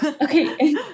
Okay